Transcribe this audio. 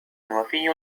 وفي